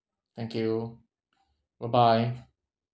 thank you bye bye